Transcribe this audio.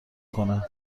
کنم